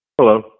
Hello